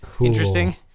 interesting